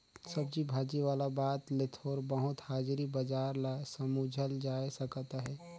सब्जी भाजी वाला बात ले थोर बहुत हाजरी बजार ल समुझल जाए सकत अहे